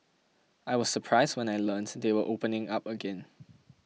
I was surprised when I learnt they were opening up again